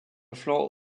flanc